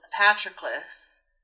Patroclus